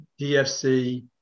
DFC